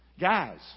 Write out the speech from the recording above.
Guys